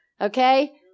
Okay